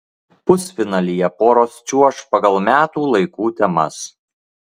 pusfinalyje poros čiuoš pagal metų laikų temas